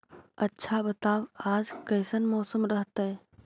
आच्छा बताब आज कैसन मौसम रहतैय?